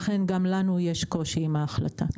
לכן גם לנו יש קושי עם ההחלטה.